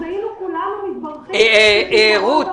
אז היינו כולנו מתברכים --- רות,